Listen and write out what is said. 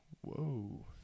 Whoa